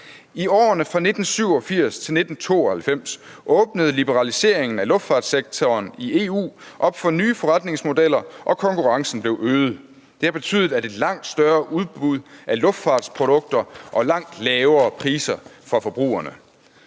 I årene fra 1987 til 1992 åbnede liberaliseringen af luftfartssektoren i EU op for nye forretningsmodeller, og konkurrencen blev øget. Det har betydet et langt større udbud af luftfartsprodukter og langt lavere priser for forbrugerne.